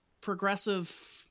progressive